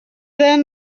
then